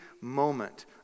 moment